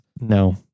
no